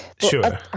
Sure